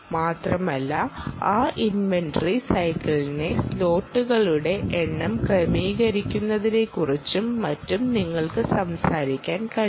മാത്രമല്ല ആ ഇൻവെന്ററി സൈക്കിളിലെ സ്ലോട്ടുകളുടെ എണ്ണം ക്രമീകരിക്കുന്നതിനെക്കുറിച്ചും മറ്റും നിങ്ങൾക്ക് സംസാരിക്കാൻ കഴിയും